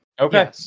Okay